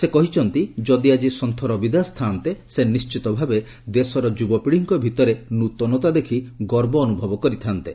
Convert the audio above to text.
ସେ କହିଛନ୍ତି ଯଦି ଆଜି ସନ୍ଥ ରବିଦାସ ଥାନ୍ତେ ସେ ନିଶ୍ଚିତଭାବେ ଦେଶର ଯୁବପିଢ଼ୀଙ୍କ ଭିତରେ ନୃତନତା ଦେଖି ଗର୍ବ ଅନୁଭବ କରିଥାନ୍ତେ